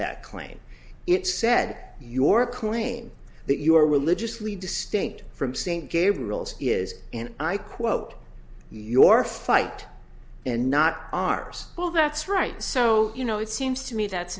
that claim it said your claim that you are religiously distinct from saint gabriel's is and i quote your fight and not ours well that's right so you know it seems to me that's